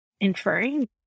inferring